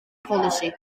polisi